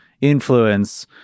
influence